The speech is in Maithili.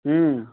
हूँ